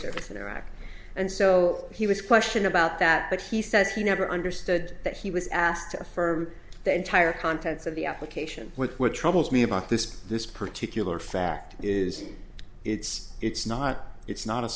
service in iraq and so he was questioned about that but he says he never understood that he was asked to affirm the entire contents of the application with what troubles me about this this particular fact is it's it's not it's not a